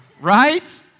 Right